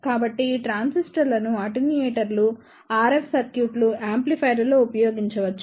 కాబట్టి ఈ ట్రాన్సిస్టర్లను అటెన్యూయేటర్లు ఆర్ఎఫ్ సర్క్యూట్లు యాంప్లిఫైయర్లలో ఉపయోగించవచ్చు